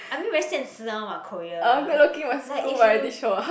I mean very 显示 one [what] Korea like if you